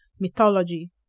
mythology